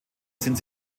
sind